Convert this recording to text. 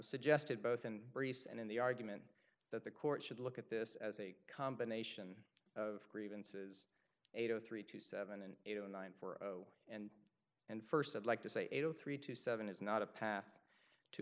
suggested both in briefs and in the argument that the court should look at this as a combination of grievances eight zero three two seven and eight zero nine for and and first i'd like to say eight zero three two seven is not a path to